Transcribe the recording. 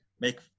make